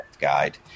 guide